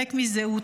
ריק מזהות,